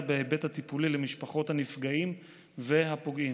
בהיבט הטיפולי למשפחות הנפגעים והפוגעים.